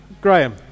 Graham